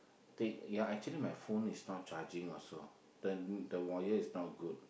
take ya actually my phone is not charging also then the wire is not good